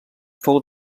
fou